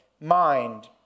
mind